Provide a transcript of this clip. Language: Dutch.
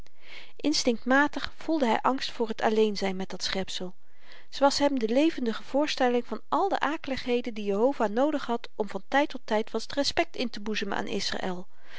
instinktmatig voelde hy angst voor t alleen zyn met dat schepsel ze was hem de levendige voorstelling van al de akeligheden die jehovah noodig had om van tyd tot tyd wat respekt inteboezemen aan